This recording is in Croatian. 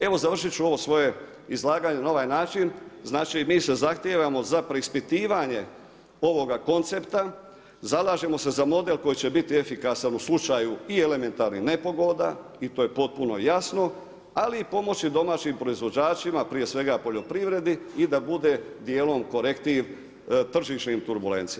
Evo završit ću ovo svoje izlaganje na ovaj način, znači mi se zahtijevamo za preispitivanje ovoga koncepta, zalažemo se za model koji će biti efikasan u slučaju i elementarnih nepogoda i to je potpuno jasno, ali i pomoći domaćim proizvođačima, prije svega poljoprivredi i da bude dijelom korektiv tržišnim turbulencijama.